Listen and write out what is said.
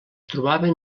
trobaven